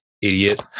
idiot